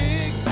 Big